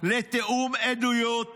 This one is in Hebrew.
לתיאום עדויות